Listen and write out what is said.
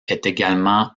également